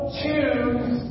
choose